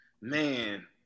Man